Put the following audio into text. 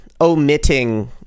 omitting